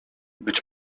być